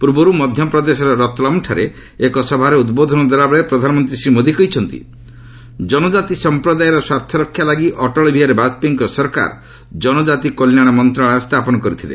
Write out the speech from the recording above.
ପୂର୍ବରୁ ମଧ୍ୟପ୍ରଦେଶର ରତଲମଠାରେ ଏକ ସଭାରେ ଉଦ୍ବୋଧନ ଦେଲାବେଳେ ପ୍ରଧାନମନ୍ତ୍ରୀ ଶ୍ରୀ ମୋଦି କହିଛନ୍ତି ଜନଜାତି ସମ୍ପ୍ରଦାୟର ସ୍ୱାର୍ଥରକ୍ଷା ଲାଗି ଅଟଳବିହାରୀ ବାଜପେୟୀଙ୍କ ସରକାର ଜନକାତି କଲ୍ୟାଣ ମନ୍ତ୍ରଣାଳୟ ସ୍ଥାପନ କରିଥିଲେ